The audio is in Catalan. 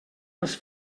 els